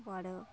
বড়